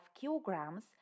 kilograms